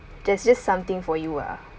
there's just something for you ah